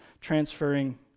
transferring